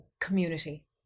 community